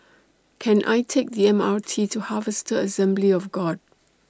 Can I Take The M R T to Harvester Assembly of God